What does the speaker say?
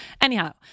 Anyhow